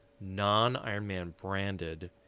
non-Ironman-branded